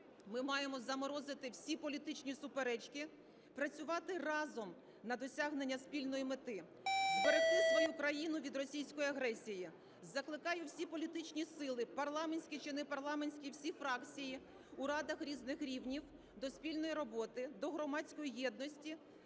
ми маємо заморозити всі політичні суперечки, працювати разом на досягнення спільної мети, зберегти свою країну від російської агресії. Закликаю всі політичні сили, парламентські чи непарламентські, всі фракції у радах різних рівнів до спільної роботи, до громадської єдності,